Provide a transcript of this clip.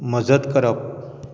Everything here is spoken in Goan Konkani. मजत करप